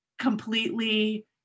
completely